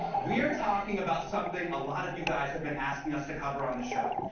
we are talking about something a lot of you guys have been asking us to cover on the show.